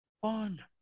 One